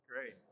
great